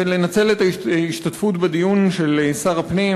ולנצל את ההשתתפות של שר הפנים בדיון,